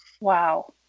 Wow